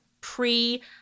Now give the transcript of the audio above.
pre